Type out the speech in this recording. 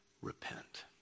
Repent